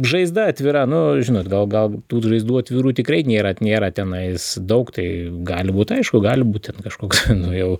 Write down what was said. žaizda atvira nu žinot gal gal tų žaizdų atvirų tikrai nėra nėra tenais daug tai gali būt aišku gali būt ten kažkoks nu jau